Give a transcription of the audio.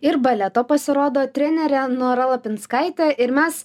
ir baleto pasirodo trenerė nora lapinskaitė ir mes